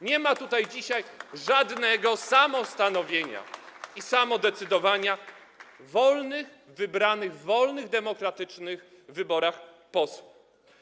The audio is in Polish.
Nie ma tutaj dzisiaj żadnego samostanowienia i samodecydowania wolnych, wybranych w wolnych i demokratycznych wyborach posłów.